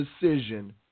decision